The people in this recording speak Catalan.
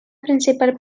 principal